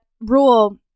rule